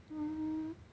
mm